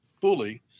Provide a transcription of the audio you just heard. fully